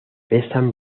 pesan